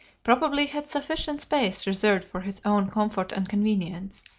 probably had sufficient space reserved for his own comfort and convenience.